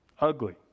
Ugly